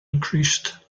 increased